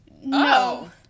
No